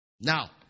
Now